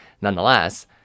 nonetheless